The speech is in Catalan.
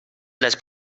les